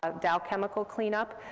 ah dow chemical cleanup,